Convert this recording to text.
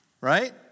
right